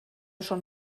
schon